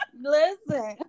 listen